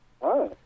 Hi